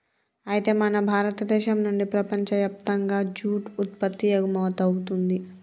అయితే మన భారతదేశం నుండి ప్రపంచయప్తంగా జూట్ ఉత్పత్తి ఎగుమతవుతుంది